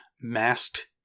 masked